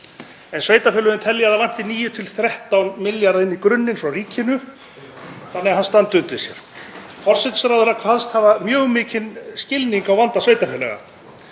Sveitarfélögin telja að það vanti 9–13 milljarða inn í grunninn frá ríkinu þannig að hann standi undir sér. Forsætisráðherra kvaðst hafa mjög mikinn skilning á vanda sveitarfélaga.